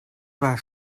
war